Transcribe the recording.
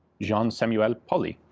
jean samuel pauly.